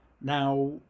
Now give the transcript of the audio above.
Now